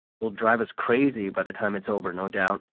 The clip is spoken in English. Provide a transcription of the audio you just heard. will drive us crazy by the time it's over, no doubt.